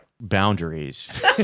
boundaries